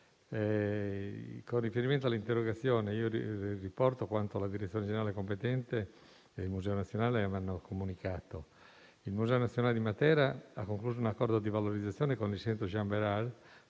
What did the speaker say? Con riferimento all'interrogazione, riporto quanto la direzione generale competente del Museo nazionale mi ha comunicato. Il Museo nazionale di Matera ha concluso un accordo di valorizzazione con il Centre Jean Bérard